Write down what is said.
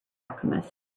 alchemist